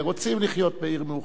רוצים לחיות בעיר מאוחדת.